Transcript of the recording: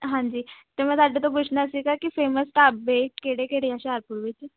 ਹਾਂਜੀ ਅਤੇ ਮੈਂ ਤੁਹਾਡੇ ਤੋਂ ਪੁੱਛਣਾ ਸੀਗਾ ਕਿ ਫੇਮਸ ਢਾਬੇ ਕਿਹੜੇ ਕਿਹੜੇ ਹੁਸ਼ਿਆਰਪੁਰ ਵਿੱਚ